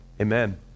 Amen